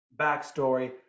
backstory